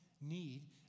need